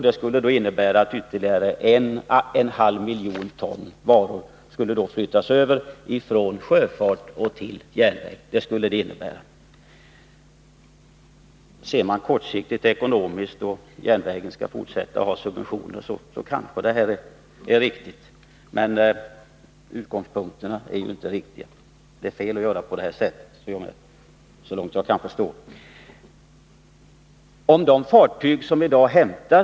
Det skulle innebära att ytterligare 1/2-1 miljon ton varor skulle flyttas över från sjöfart till järnväg. Ser man kortsiktigt ekonomiskt på saken och menar att järnvägen också i fortsätt ningen skall ha subventioner, är det här kanske riktigt, men det är såvitt jag kan förstå fel att göra på det sättet.